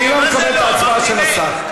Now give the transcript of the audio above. הוא עשה, שהוא לא משתתף.